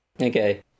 Okay